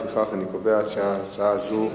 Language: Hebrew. לפיכך אני קובע שההצעה הזו,